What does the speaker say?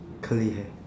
curly hair